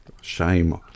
Shame